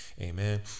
Amen